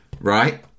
right